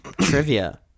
Trivia